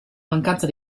mancanza